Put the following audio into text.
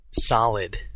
solid